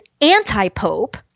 anti-pope